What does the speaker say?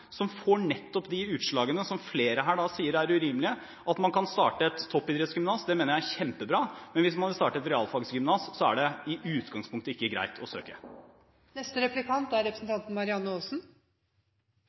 som får nettopp de utslagene som flere her sier er urimelige. At man kan starte et toppidrettsgymnas, mener jeg er kjempebra, men hvis man vil starte et realfaggymnas, er det i utgangspunktet ikke greit å søke. I sitt innlegg sa statsråd Torbjørn Røe Isaksen at det er